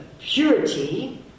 purity